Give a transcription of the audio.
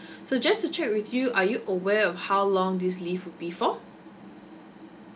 so just to check with you are you aware of how long this leave would be for